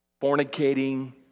fornicating